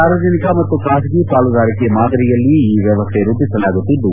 ಸಾರ್ವಜನಿಕ ಮತ್ತು ಖಾಸಗಿ ಪಾಲುದಾರಿಕೆ ಮಾದರಿಯಲ್ಲಿ ಈ ವ್ಯವಸ್ಥೆ ರೂಪಿಸಲಾಗುತ್ತಿದ್ದು